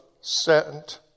sent